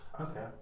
okay